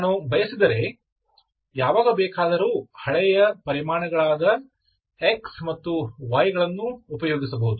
ನಾನು ಬಯಸಿದರೆ ಯಾವಾಗ ಬೇಕಾದರೂ ಹಳೆಯ ಚಲಪರಿಮಾಣಗಳಾದ x ಮತ್ತು y ಗಳನ್ನೂ ಉಪಯೋಗಿಸಬಹುದು